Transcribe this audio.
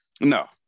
No